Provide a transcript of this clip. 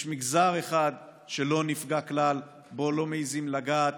יש מגזר אחד שלא נפגע כלל, שבו לא מעיזים לגעת.